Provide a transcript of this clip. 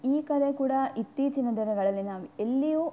ಈ ಕಲೆ ಕೂಡ ಇತ್ತೀಚಿನ ದಿನಗಳಲ್ಲಿ ನಾವು ಎಲ್ಲಿಯೂ